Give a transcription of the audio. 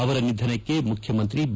ಅವರ ನಿಧನಕ್ಕೆ ಮುಖ್ಯಮಂತ್ರಿ ಬಿ